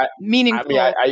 meaningful